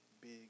big